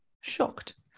shocked